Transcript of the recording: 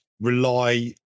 rely